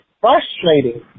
frustrating